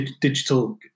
digital